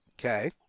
Okay